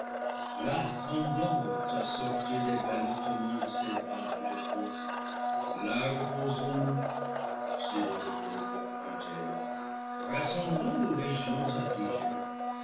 là tendons à sortir des ballottements de ces vagues de feu là reposons-nous si le repos peut habi ter là rassemblant nos légions affligées